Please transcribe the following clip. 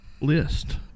list